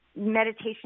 meditation